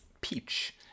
peach